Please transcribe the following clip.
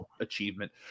achievement